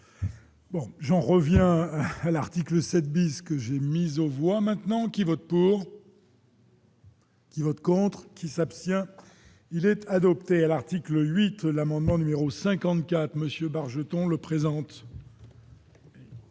j'en reviens à l'article 7 bis que j'ai mis aux voix maintenant qui vote pour. Qui vote contre qui s'abstient il adopté à l'article 8 l'amendement numéro 54 monsieur Bargeton le présente.